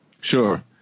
Sure